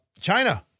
China